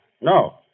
No